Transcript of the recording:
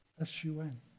S-U-N